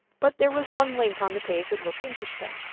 but there was one link on the page that looked interesting,